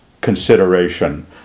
consideration